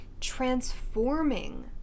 transforming